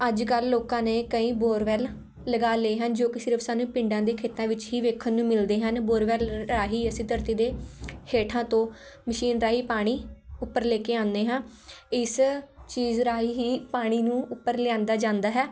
ਅੱਜ ਕੱਲ੍ਹ ਲੋਕਾਂ ਨੇ ਕਈ ਬੋਰਵੈੱਲ ਲਗਾ ਲਏ ਹਨ ਜੋ ਕਿ ਸਿਰਫ਼ ਸਾਨੂੰ ਪਿੰਡਾਂ ਦੇ ਖੇਤਾਂ ਵਿੱਚ ਹੀ ਦੇਖਣ ਨੂੰ ਮਿਲਦੇ ਹਨ ਬੋਰਵੈੱਲ ਰਾਹੀਂ ਅਸੀਂ ਧਰਤੀ ਦੇ ਹੇਠਾਂ ਤੋਂ ਮਸ਼ੀਨ ਰਾਹੀਂ ਪਾਣੀ ਉੱਪਰ ਲੈ ਕੇ ਆਉਂਦੇ ਹਾਂ ਇਸ ਚੀਜ਼ ਰਾਹੀਂ ਹੀ ਪਾਣੀ ਨੂੰ ਉੱਪਰ ਲਿਆਂਦਾ ਜਾਂਦਾ ਹੈ